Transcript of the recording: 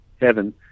heaven